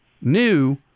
new